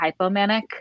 hypomanic